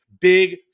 Big